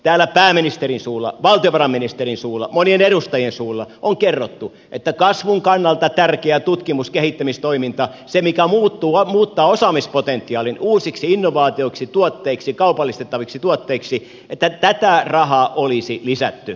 täällä pääministerin suulla valtiovarainministerin suulla monien edustajien suulla on kerrottu että kasvun kannalta tärkeää tutkimus kehittämistoimintaa sitä mikä muuttaa osaamispotentiaalin uusiksi innovaatioiksi tuotteiksi kaupallistettaviksi tuotteiksi koskevaa rahaa olisi lisätty